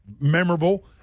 memorable